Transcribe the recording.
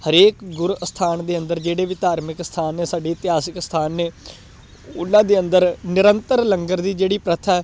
ਹਰੇਕ ਗੁਰ ਅਸਥਾਨ ਦੇ ਅੰਦਰ ਜਿਹੜੇ ਵੀ ਧਾਰਮਿਕ ਅਸਥਾਨ ਨੇ ਸਾਡੀ ਇਤਿਹਾਸਿਕ ਅਸਥਾਨ ਨੇ ਉਹਨਾਂ ਦੇ ਅੰਦਰ ਨਿਰੰਤਰ ਲੰਗਰ ਦੀ ਜਿਹੜੀ ਪ੍ਰਥਾ